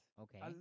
Okay